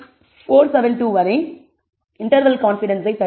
472 வரை interval confidence தருகிறது